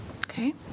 Okay